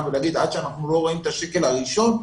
ולהגיד: עד שאנחנו לא רואים את השקל הראשון,